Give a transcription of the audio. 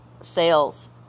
sales